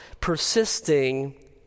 persisting